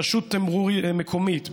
רשות מקומית,